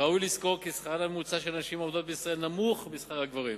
ראוי לזכור כי שכרן הממוצע של הנשים העובדות בישראל נמוך משכר הגברים.